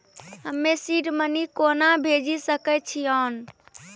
हम्मे seed money कोना भेजी सकै छिओंन